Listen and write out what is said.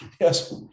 yes